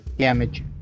damage